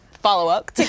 follow-up